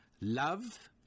Love